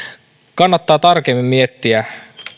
kannattaa tarkemmin miettiä